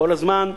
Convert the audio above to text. כל הזמן.